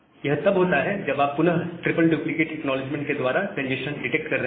यह तब होता है जब आप पुनः ट्रिपल डुप्लीकेट एक्नॉलेजमेंट्स के द्वारा कंजेस्शन डिटेक्ट कर रहे हैं